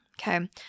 okay